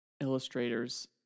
illustrators